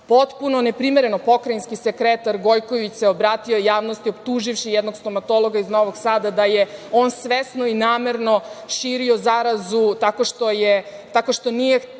Potpuno neprimereno pokrajinski sekretar Gojković se obratio javnosti optuživši jednog stomatologa iz Novog Sada da je on svesno i namerno širio zarazu tako što nije